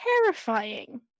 terrifying